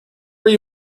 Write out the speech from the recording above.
read